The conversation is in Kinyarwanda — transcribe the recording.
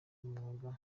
umwuga